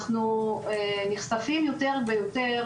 אנחנו נחשפים יותר ויותר